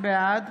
בעד